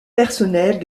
personnels